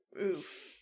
Oof